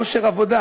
כושר עבודה,